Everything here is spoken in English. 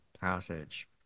passage